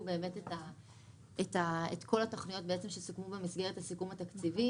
את כל התוכניות שסוכמו במסגרת הסיכום התקציבי.